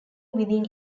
within